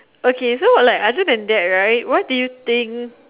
okay so like other than that right what do you think